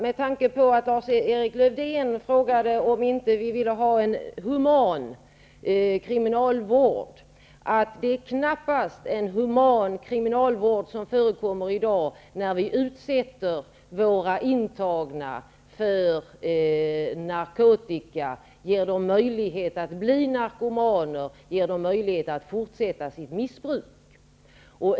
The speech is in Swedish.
Med tanke på att Lars-Erik Lövdén frågade om regeringen inte ville ha en human kriminalvård, vill jag påpeka att det knappast är en human kriminalvård som i dag bedrivs när vi utsätter våra intagna för narkotika och ger dem möjlighet att bli narkomaner och möjlighet att fortsätta sitt missbruk.